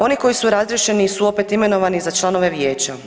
Oni koji su razriješeni su opet imenovani za članove vijeća.